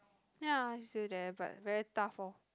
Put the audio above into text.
ya it's still there but very tough oh